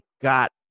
got